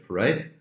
right